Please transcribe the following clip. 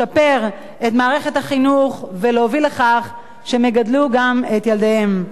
לשפר את מערכת החינוך ולהוביל לכך שהם יגדלו בה גם את ילדיהם.